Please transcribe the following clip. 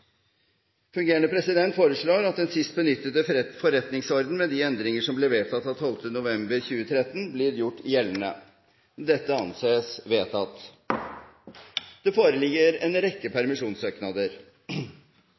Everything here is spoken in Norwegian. Fungerende president foreslår at den sist benyttede forretningsorden, med de endringer som ble vedtatt 12. november 2013, blir gjort gjeldende. – Det anses vedtatt. Det foreligger en rekke